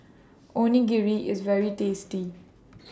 Onigiri IS very tasty